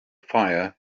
fire